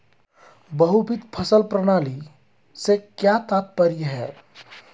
बहुविध फसल प्रणाली से क्या तात्पर्य है?